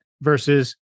versus